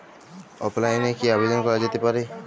অফলাইনে কি আবেদন করা যেতে পারে?